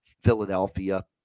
Philadelphia